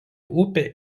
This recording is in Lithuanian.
upė